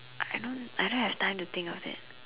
I don't I don't have time to think of it